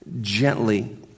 gently